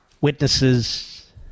witnesses